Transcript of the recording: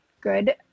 good